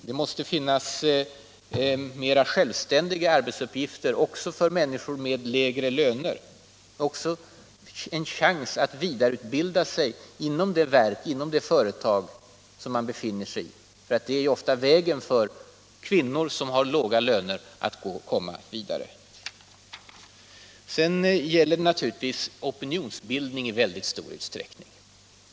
Det måste finnas mera självständiga arbetsuppgifter också för människor med lägre löner. Man måste också ha en chans att vidareutbilda sig inom det företag eller det verk man befinner sig i. Det är ofta vägen för kvinnor som har låga löner att komma vidare. Det är naturligtvis i mycket stor utsträckning också fråga om opinionsbildning.